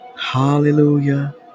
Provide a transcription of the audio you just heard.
Hallelujah